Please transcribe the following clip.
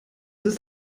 ist